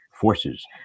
forces